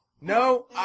No